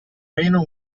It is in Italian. meno